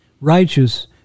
righteous